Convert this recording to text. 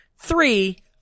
Three